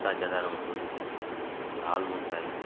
చెత్త చెదారం ఉంటుంది రాళ్ళు ఉంటాయి